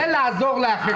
זה לעזור לאחרים.